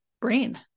brain